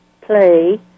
play